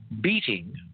Beating